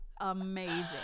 amazing